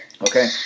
Okay